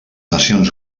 nacions